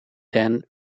then